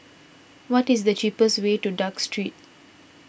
what is the cheapest way to Duke Street